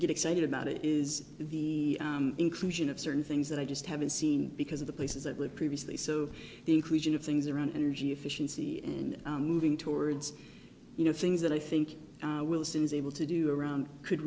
get excited about it is the inclusion of certain things that i just haven't seen because of the places that were previously so the inclusion of things around energy efficiency in moving towards you know things that i think will since able to do around could